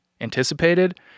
anticipated